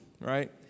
right